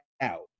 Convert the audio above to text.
out